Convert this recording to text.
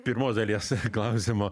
pirmos dalies klausimo